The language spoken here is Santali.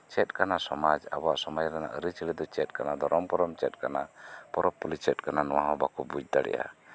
ᱪᱮᱫ ᱠᱟᱱᱟ ᱥᱚᱢᱟᱡ ᱟᱵᱚᱣᱟᱜ ᱥᱚᱢᱟᱡ ᱨᱮᱭᱟᱜ ᱟᱹᱨᱤᱪᱟᱹᱞᱤ ᱫᱚ ᱪᱮᱫ ᱠᱟᱱᱟ ᱫᱷᱚᱨᱚᱢ ᱠᱚᱨᱚᱢ ᱫᱚ ᱪᱮᱫ ᱠᱟᱱᱟ ᱯᱚᱨᱚᱵᱽ ᱯᱟᱹᱞᱤ ᱪᱮᱫ ᱠᱟᱱᱟ ᱱᱚᱶᱟ ᱦᱚᱸ ᱵᱟᱠᱚ ᱵᱩᱡ ᱫᱟᱲᱮᱭᱟᱜᱼᱟ